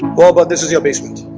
well but this is your basement